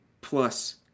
plus